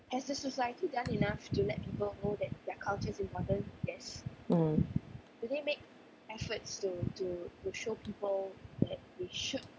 mm